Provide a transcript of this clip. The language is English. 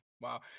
wow